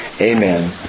Amen